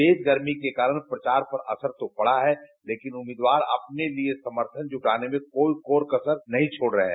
तेज गर्मी के कारण प्रचार पर असर तो पडा है लेकिन उर्म्मीदवार अपने लिए समर्थन जुटाने में कोई कोर कसर नहीं छोड रहे हैं